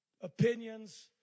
opinions